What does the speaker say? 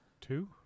Two